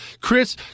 Chris